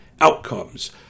outcomes